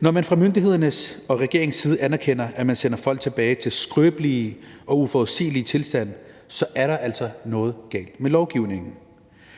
Når man fra myndighedernes og regeringens side anerkender, at man sender folk tilbage til skrøbelige og uforudsigelige tilstande, er der altså noget galt med lovgivningen.